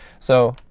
so,